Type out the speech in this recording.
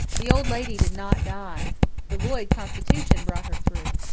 the old lady did not die the lloyd constitution brought her through.